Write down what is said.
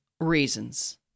reasons